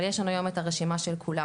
אבל יש לנו היום את הרשימה של כולם.